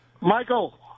Michael